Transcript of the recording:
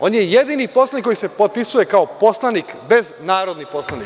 On je jedini poslanik koji se potpisuje kao poslanik bez – narodni poslanik.